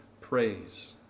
praise